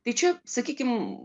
tai čia sakykim